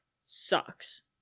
sucks